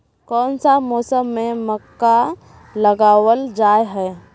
कोन सा मौसम में मक्का लगावल जाय है?